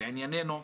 לענייננו,